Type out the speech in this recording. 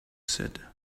said